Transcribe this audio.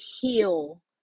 heal